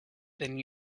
than